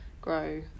grow